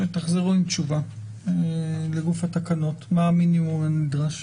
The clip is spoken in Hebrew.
שתחזרו עם תשובה לגוף התקנות, מה המינימום הנדרש.